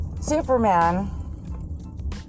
Superman